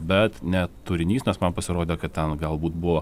bet ne turinys nes man pasirodė kad ten galbūt buvo